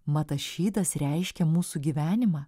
mat tas šydas reiškia mūsų gyvenimą